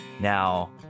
Now